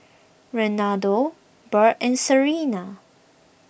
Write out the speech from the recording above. Renaldo Bird and Serena